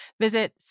Visit